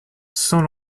sans